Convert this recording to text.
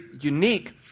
unique